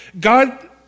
God